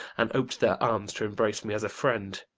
and op'd their arms to embrace me as a friend.